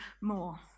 more